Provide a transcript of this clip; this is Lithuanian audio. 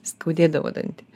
skaudėdavo dantį